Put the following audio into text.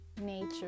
nature